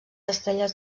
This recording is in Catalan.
estrelles